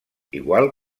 igual